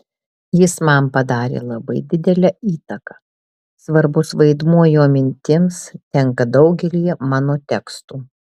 jis man padarė labai didelę įtaką svarbus vaidmuo jo mintims tenka daugelyje mano tekstų